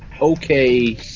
okay